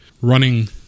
Running